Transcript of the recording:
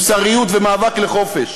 מוסריות ומאבק לחופש,